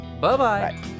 bye-bye